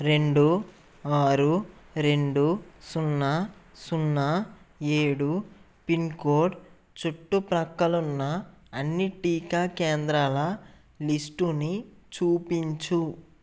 రెండు ఆరు రెండు సున్నా సున్నా ఏడు పిన్కోడ్ చుట్టుప్రక్కలున్న అన్ని టీకా కేంద్రాల లిస్టుని చూపించు